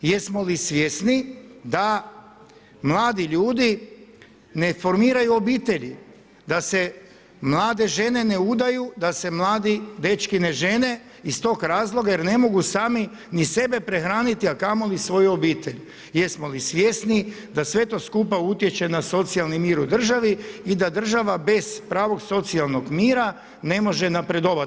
Jesmo li svjesni da mladi ljudi ne formiraju obitelji, da se mlade žene ne udaju, da se mladi dečki ne žene iz tog razloga jer ne mogu sami ni sebe prehraniti, a kamoli svoju obitelj, jesmo li svjesni da sve to skupa utječe na socijalni mir u državi i da država bez pravog socijalnog mira ne može napredovat?